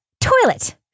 toilet